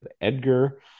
Edgar